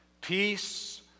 peace